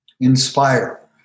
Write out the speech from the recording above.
inspire